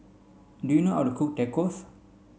do you know how to cook Tacos